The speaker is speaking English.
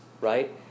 right